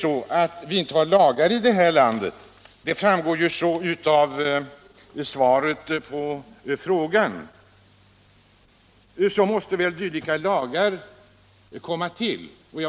s—A A Om det nu inte finns lagar i detta land — det framgår av svaret på Om säkerheten vid frågan — måste dylika lagar komma till.